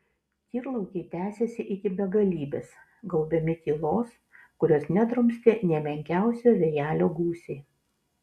tyrlaukiai tęsėsi iki begalybės gaubiami tylos kurios nedrumstė nė menkiausio vėjelio gūsiai